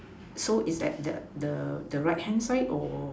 so is at the right hand side or